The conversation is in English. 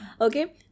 Okay